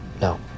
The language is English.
No